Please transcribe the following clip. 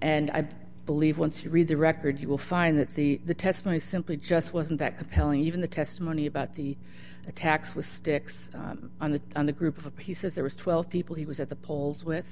and i believe once you read the record you will find that the testimony simply just wasn't that compelling even the testimony about the attacks with sticks on the on the group of he says there was twelve people he was at the polls with